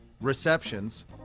receptions